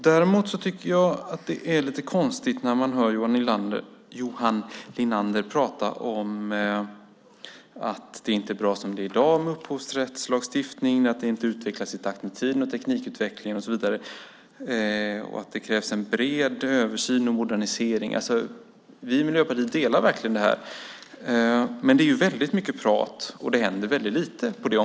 Däremot är det lite konstigt att höra Johan Linander säga att det inte är bra som det är i dag med upphovsrättslagstiftningen, att det inte utvecklats ett alternativ när det gäller teknikutvecklingen och så vidare samt att det krävs en bred översyn och en modernisering. Vi i Miljöpartiet håller verkligen med om detta. Men det är väldigt mycket prat samtidigt som mycket lite händer.